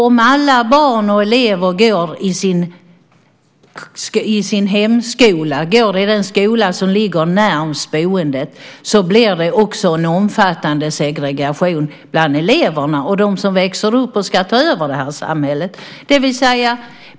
Om alla barn och elever går i den skola som ligger närmast hemmet blir det en omfattande segregation också bland eleverna och bland dem som växer upp och ska ta över det här samhället.